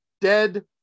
dead